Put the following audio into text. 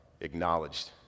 acknowledged